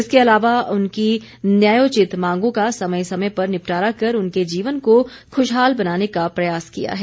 इसके अलावा उनकी न्यायोचित मांगों का समय समय पर निपटारा कर उनके जीवन को खुशहाल बनाने का प्रयास किया है